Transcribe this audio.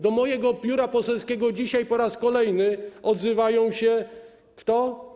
Do mojego biura poselskiego dzisiaj po raz kolejny odzywa się kto?